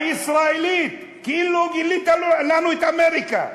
הישראלית, כאילו גילית לנו את אמריקה.